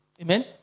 Amen